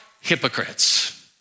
hypocrites